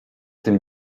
tym